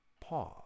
Pause